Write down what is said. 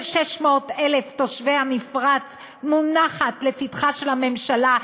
600,000 תושבי המפרץ מונחת לפתחה של הממשלה,